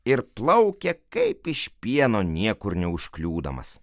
ir plaukia kaip iš pieno niekur neužkliūdamas